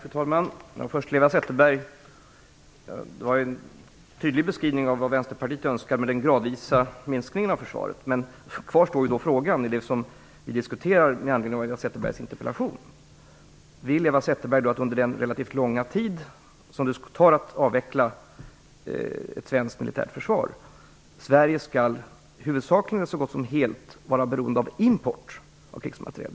Fru talman! Först till Eva Zetterberg.Det var en tydlig beskrivning av vad Vänsterpartiet önskar med den gradvisa minskningen av försvaret. Men kvar står frågan om det som vi diskuterar med anledning av Sverige under den relativt långa tid som det skulle ta att avveckla ett svenskt militärt försvar huvudsakligen så gott som helt skall vara beroende av import av krigsmateriel?